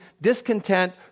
discontent